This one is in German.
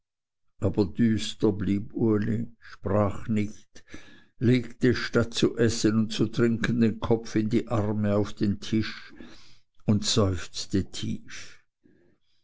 aber düster blieb uli sprach nicht legte statt zu essen und zu trinken den kopf in die arme auf den tisch und seufzte tief